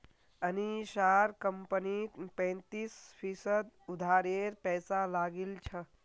अनीशार कंपनीत पैंतीस फीसद उधारेर पैसा लागिल छ